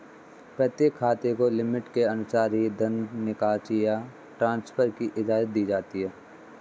प्रत्येक खाते को लिमिट के अनुसार ही धन निकासी या ट्रांसफर की इजाजत दी जाती है